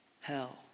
hell